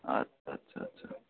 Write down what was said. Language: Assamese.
আচ্ছা আচ্ছা আচ্ছা